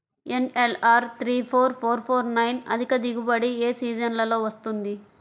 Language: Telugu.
NLR three four four four nine అధిక దిగుబడి ఏ సీజన్లలో వస్తుంది?